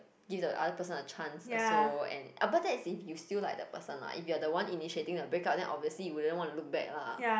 give the other person a chance also and ah but that's if you still like that person lah if you are the one initiating the break up then obviously you don't want to look back lah